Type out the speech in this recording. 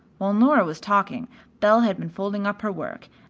while nora was talking belle had been folding up her work,